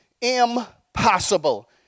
impossible